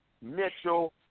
Mitchell